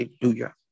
Hallelujah